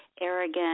arrogant